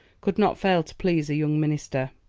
could not fail to please a young minister.